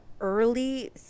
early